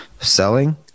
selling